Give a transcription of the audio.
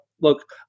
look